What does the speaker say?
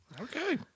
Okay